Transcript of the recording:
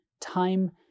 time